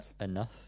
enough